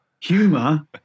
humor